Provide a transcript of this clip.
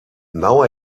now